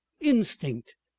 instinct!